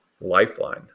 lifeline